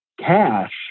cash